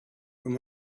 from